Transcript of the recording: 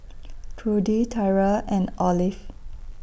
Trudy Tyra and Olive